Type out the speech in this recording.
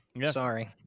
sorry